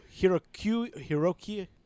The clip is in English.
Hiroki